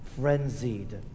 frenzied